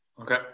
Okay